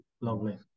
lovely